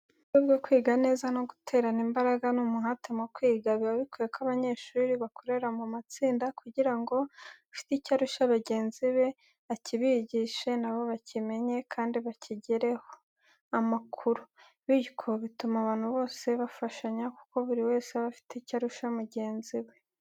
Mu buryo bwo kwiga neza no guterana imbaraga n'umuhate mu kwiga, biba bikwiye ko abanyeshuri bakorera mu matsinda kugira ngo ufite icyo arusha bagenzi be akibigishe na bo bakimenye, kandi bakigireho amakuru, bityo bituma abantu bose bafashanya kuko buri wese aba afite icyo arusha mugenzi we.